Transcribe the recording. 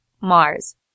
Mars